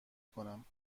کنم